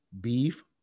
beef